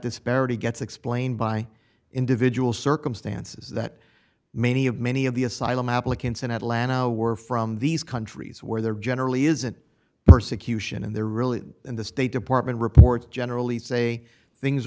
disparity gets explained by individual circumstances that many of many of the asylum applicants in atlanta were from these countries where they're generally isn't persecution and they're really in the state department reports generally say things